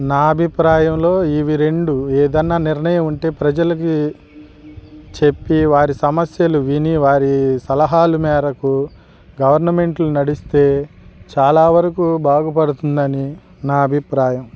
నా అభిప్రాయంలో ఇవి రెండు ఏదైనా నిర్ణయం ఉంటే ప్రజలకి చెప్పి వారి సమస్యలు విని వారి సలహాల మేరకు గవర్నమెంట్లు నడిస్తే చాలా వరకు బాగుపడుతుందని నా అభిప్రాయం